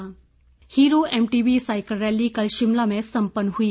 cycle rally Hero MTB cycle rally कल शिमला में सम्पन्न हुई